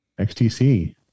XTC